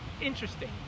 Interesting